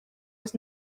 was